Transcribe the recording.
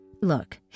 Look